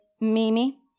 Mimi